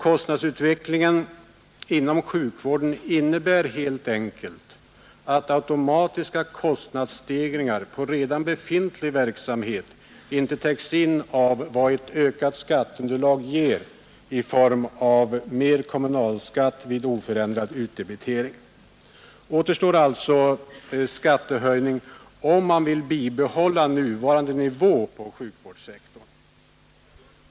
Kostnadsutvecklingen inom sjukvården innebär helt enkelt att automatiska kostnadsstegringar på redan befintlig verksamhet inte täcks in av vad ett ökat skatteunderlag ger i form av mer kommunalskatt vid oförändrad utdebitering. Återstår alltså skattehöjning om man vill bibehålla nuvarande nivå på sjukvårdssektorn.